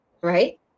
right